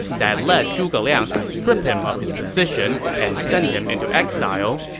that led zhuge liang to strip him of his position and send him into exile.